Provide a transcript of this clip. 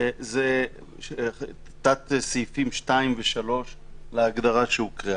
אלה תת-סעיפים 2 ו-3 להגדרה שהוקראה.